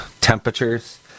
temperatures